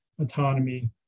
autonomy